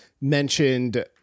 Mentioned